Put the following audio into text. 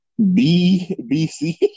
BBC